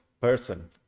person